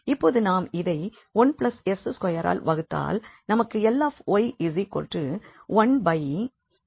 இப்பொழுது நாம் இதை 1 𝑠2 ஆல் வகுத்தால் நமக்கு Ly1s1s2கிடைக்கும்